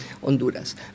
Honduras